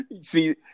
See